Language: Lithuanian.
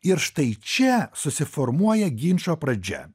ir štai čia susiformuoja ginčo pradžia